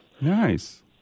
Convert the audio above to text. Nice